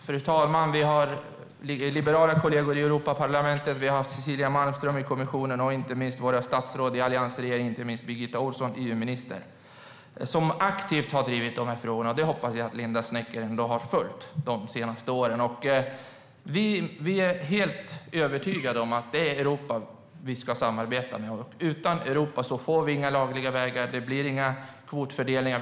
Fru talman! Vi har mina liberala kollegor i Europaparlamentet, Cecilia Malmström i kommissionen, och vi hade våra statsråd i alliansregeringen, inte minst EU-minister Birgitta Ohlsson. De har aktivt drivit dessa frågor. Jag hoppas att Linda Snecker ändå har följt detta de senaste åren. Liberalerna är helt övertygade om att Sverige ska samarbeta med Europa. Utan Europa blir det inga lagliga vägar och inga kvotfördelningar.